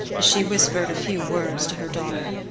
she whispered a few words to her daughter,